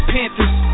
Panthers